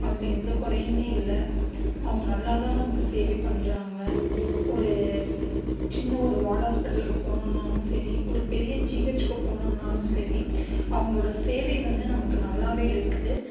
அதில் எந்த குறையுமே இல்லை அவங்க நல்லா தான் நமக்கு சேவை பண்ணுறாங்க ஒரு சின்ன ஒரு வார்டு ஹாஸ்பிட்டல்க்கு போகணுன்னாலும் சரி ஒரு பெரிய ஜிஹெச்க்கு போகணும்னாலும் சரி அவங்களோட சேவை வந்து நமக்கு நல்லாவே இருக்கு